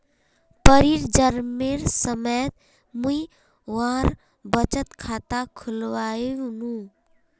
परीर जन्मेर समयत मुई वहार बचत खाता खुलवैयानु